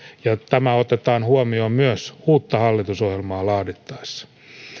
ja tämä otetaan huomioon myös uutta hallitusohjelmaa laadittaessa